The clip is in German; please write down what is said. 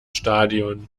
stadion